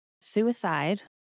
suicide